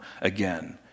again